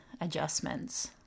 adjustments